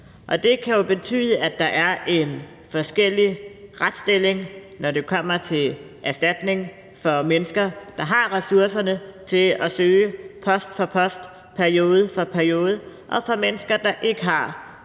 Det kan jo betyde, at der er en forskellig retsstilling, når det kommer til erstatning, for mennesker, der har ressourcerne til at søge post for post og periode for periode, og mennesker, der ikke har